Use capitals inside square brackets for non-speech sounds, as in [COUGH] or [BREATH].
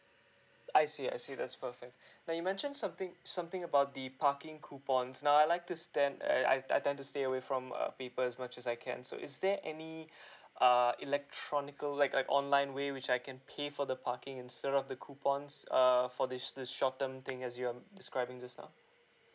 I see I see that's perfect but you mention something something about the parking coupons now I like to stand I I tend to stay away from err people as much as I can so is there any [BREATH] err electronical like like online way which I can pay for the parking instead of the coupons err this this short term thing as you um describing just now